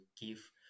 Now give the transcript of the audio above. give